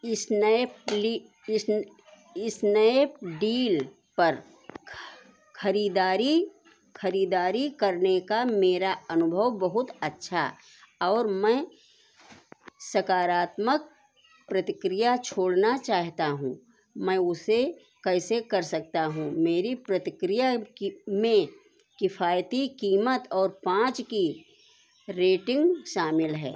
इस्नैपली इस्नैपडील पर ख़रीदारी ख़रीदारी करने का मेरा अनुभव बहुत अच्छा और मैं सकारात्मक प्रतिक्रिया छोड़ना चाहेता हूँ मैं उसे कैसे कर सकता हूँ मेरी प्रतिक्रिया कि में किफ़ायती क़ीमत और पाँच की रेटिंग शामिल है